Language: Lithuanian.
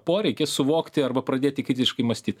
poreikis suvokti arba pradėti kritiškai mąstyt